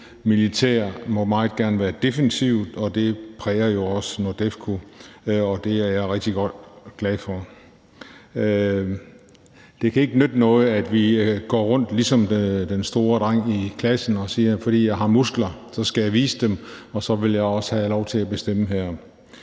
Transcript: Militæret må meget gerne være defensivt, og det præger jo også NORDEFCO, og det er jeg rigtig glad for. Det kan ikke nytte noget, at vi går rundt ligesom den store dreng i klassen og siger, at fordi jeg har muskler, skal jeg vise dem, og så vil jeg også have lov til at bestemme her.